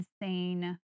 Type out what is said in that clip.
insane